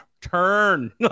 turn